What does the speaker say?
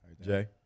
Jay